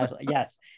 Yes